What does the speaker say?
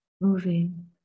moving